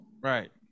right